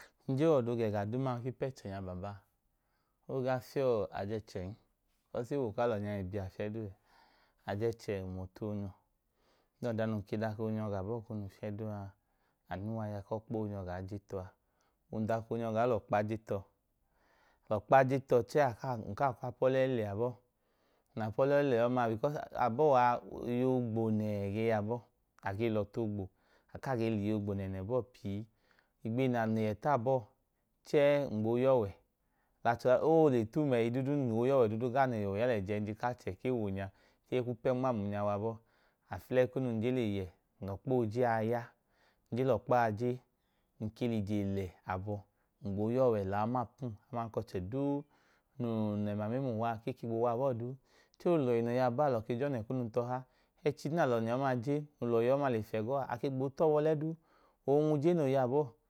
Ng jen wẹ ooga ẹga duuma ku ipẹchẹ nẹ alọ ba a, o gaa fiyẹ ajẹ ẹchẹn, bikọs ewo kalọ nya i biya fiyẹ duu ẹẹ. Ajẹ ẹchẹ hum ọtu oonyọ. Ọda num dọka oonyọ ga abọọ fiyẹ duu a, wẹ ọkpa oonyọ gaa je tọ a. Ng dọka oonyọ gaa lẹ ọkpa je tọ. Ng lẹ ọkpa je tọ chẹẹ ng kaa kwu apọlẹ i lẹ abọọ. Bikọs abọọ a, iye oogbo nẹẹ ge yọ abọọ. A gee lẹ ọtu oogbo, a kaa gee lẹ iye oogbonẹnẹ abọọ pii. Ng ka ng le yẹ ta abọọ, chẹẹ ng gboo ya ọwẹ lẹ achẹ, oole tum ẹyi duudu ng lẹ ọwẹ ya lẹ ẹjẹnji ku achẹ ku ewo nya, chẹẹ, e kwu pẹ nma amu nya wa abọọ. Aflẹyi kunu, ng jen le yẹ, ng lẹ ọkpa ooje a ya. Ng lẹ ọkpa a je, ng ke lẹ ije lẹ abọ. Ng gboo ya ọwẹ lẹ aọmapum, aman ka ọchẹ duu num lẹ ẹma mẹmla uwa a, chẹẹ e ke gboo wa abọọ duu. Chẹẹ olọhi noo ya abọọ a, alọ ke gboo jọnyẹ kunu tọha abọọ duu.